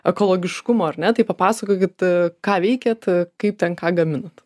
ekologiškumo ar ne tai papasakokit ką veikiat e kaip ten ką gaminat